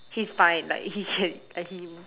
he's fine like he can like he